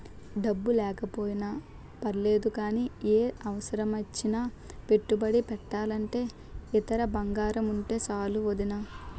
డబ్బు లేకపోయినా పర్లేదు గానీ, ఏ అవసరమొచ్చినా పెట్టుబడి పెట్టాలంటే ఇంత బంగారముంటే చాలు వొదినా